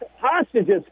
hostages